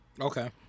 okay